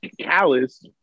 callous